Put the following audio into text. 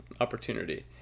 opportunity